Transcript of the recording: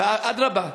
אדרבה,